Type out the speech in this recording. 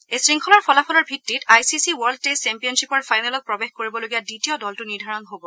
এই শৃংখলাৰ ফলাফলৰ ভিত্তিত I C C world test ছেম্পিয়নশ্বিপৰ ফাইনেলত প্ৰৱেশ কৰিবলগীয়া দ্বিতীয় দলটো নিৰ্ধাৰণ হব